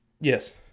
Yes